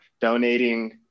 donating